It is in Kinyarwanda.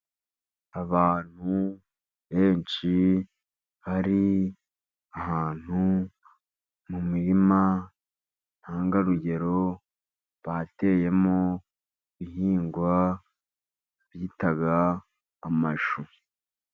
Abantu benshi bari ahantu mu mirima ntangarugero, bateyemo ibihingwa bita amashu.